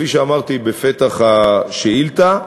כפי שאמרתי בפתח השאילתה,